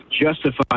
justify